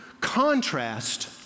contrast